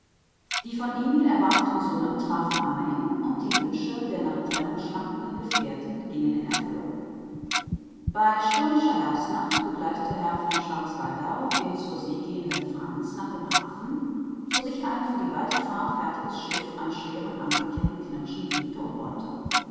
die von emil erwarteten summen trafen ein und die wünsche der nach trennung schmachtenden gefährten gingen in erfüllung bei stürmischer herbstnacht begleitete herr von schwarzwaldau den zur see gehenden franz nach dem hafen wo sich ein für die weite fahrt fertiges schiff an schweren ankerketten knirschend wiegte und bäumte